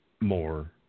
more